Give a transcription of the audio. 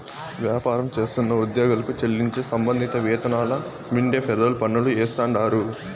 వ్యాపారం చేస్తున్న ఉద్యోగులకు చెల్లించే సంబంధిత వేతనాల మీన్దే ఫెర్రోల్ పన్నులు ఏస్తాండారు